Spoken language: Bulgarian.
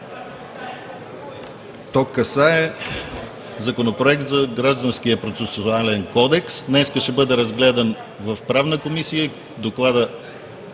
То касае Законопроект за Гражданския процесуален кодекс. Днес ще бъде разгледан в Правната комисия